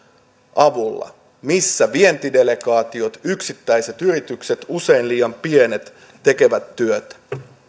avulla missä vientidelegaatiot yksittäiset yritykset usein liian pienet tekevät työt